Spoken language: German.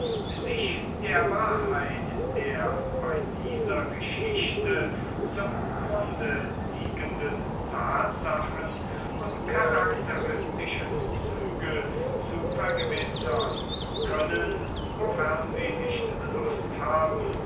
sich der wahrheit der bei dieser geschichte zum grunde liegenden tatsachen und charakteristischen züge zu vergewissern können wofern sie nicht lust haben